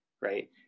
Right